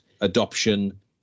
adoption